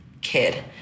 kid